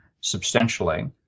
substantially